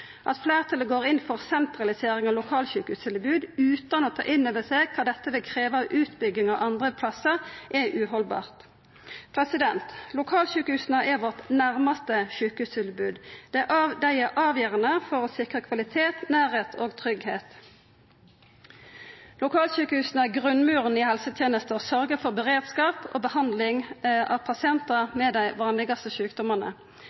At fleirtalet går inn for sentralisering av lokalsjukehustilbod utan å ta inn over seg kva dette vil krevja av utbyggingar andre plassar, er uhaldbart. Lokalsjukehusa er vårt nærmaste sjukehustilbod. Dei er avgjerande for å sikra kvalitet, nærleik og tryggleik. Lokalsjukehusa er grunnmuren i helsetenesta og sørgjer for beredskap og behandling av pasientar med dei vanlegaste sjukdomane.